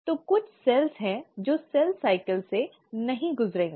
तो कुछ कोशिकाएँ हैं जो सेल साइकिल से नहीं गुजरेंगी